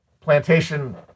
plantation